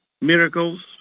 Miracles